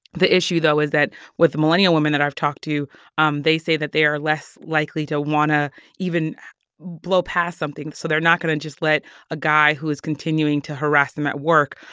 the issue, though, is that with millennial women that i've talked to um they say that they are less likely to want to even blow past something so they're not going to just let a guy who is continuing to harass them at work,